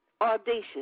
Audacious